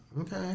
Okay